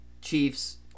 Chiefs